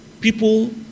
People